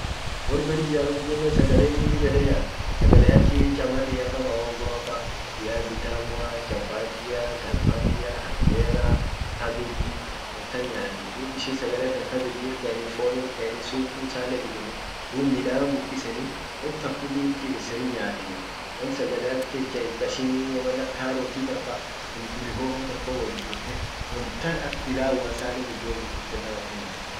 Wor Belgumian kunnen sagale in dib ede nyaat sagale aki chamariafa, mahogoafa, viazi tamuafa ,chapatia, kalmatia, hanjera, cabbage wontan nyaati .ishin sagale tan cabbage irkaeni, fon irkaeni, supu isannen dugeni dub midan bukiseni, wontan kulli irtibisseni nyaateni. won sagale aki won ak carrotifa ,pilipili hoho tanfa wot gurte wontan ak pilau sahani gudiot bukifte tan akan nyaati.